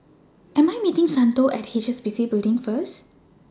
I Am meeting Santo At HSBC Building First